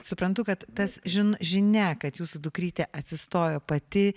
suprantu kad tas žin žinia kad jūsų dukrytė atsistojo pati